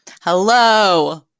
Hello